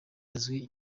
izwi